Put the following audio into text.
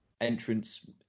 entrance